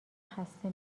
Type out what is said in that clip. خسته